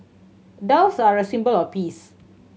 doves are a symbol of peace